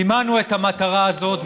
סימנו את המטרה הזאת,